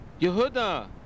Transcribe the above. Yehuda